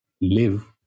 live